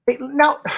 Now